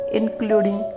including